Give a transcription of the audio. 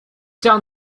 down